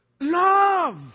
love